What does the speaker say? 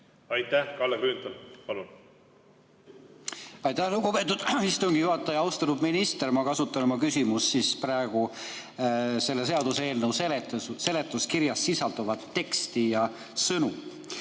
Aitäh! Kalle Grünthal, palun! Aitäh, lugupeetud istungi juhataja! Austatud minister! Ma kasutan oma küsimuses selle seaduseelnõu seletuskirjas sisalduvat teksti ja sõnu.